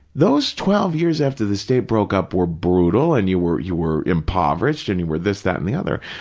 those twelve years after the state broke up were brutal and you were you were impoverished and you were this, that and the other,